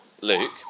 Luke